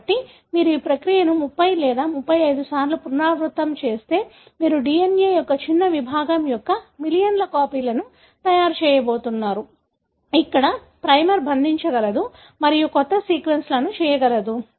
కాబట్టి మీరు ఈ ప్రక్రియను 30 లేదా 35 సార్లు పునరావృతం చేస్తే మీరు DNA యొక్క చిన్న విభాగం యొక్క మిలియన్ల కాపీలను తయారు చేయబోతున్నారు ఇక్కడ ప్రైమర్ బంధించగలదు మరియు కొత్త సీక్వెన్స్లను చేయగలదు